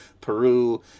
Peru